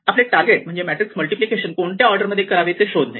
आपले टार्गेट म्हणजे matrix multiplication कोणत्या ऑर्डर मध्ये करावे ते शोधणे